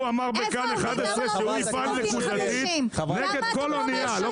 הוא אמר ב"כאן" 11 שהוא יפעל נקודתית נגד כל אנייה.